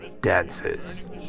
dances